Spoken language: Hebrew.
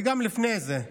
וגם לפני זה,